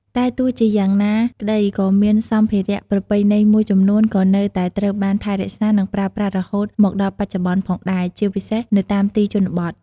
តែទោះជាយ៉ាងណាក្តីក៏មានសម្ភារៈប្រពៃណីមួយចំនួនក៏នៅតែត្រូវបានថែរក្សា និងប្រើប្រាស់រហូតមកដល់បច្ចុប្បន្នផងដែរ ជាពិសេសនៅតាមទីជនបទ។